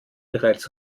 bereits